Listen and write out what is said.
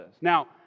Now